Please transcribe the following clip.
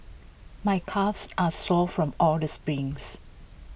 my calves are sore from all the sprints